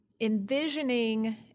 envisioning